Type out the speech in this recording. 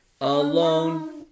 alone